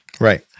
Right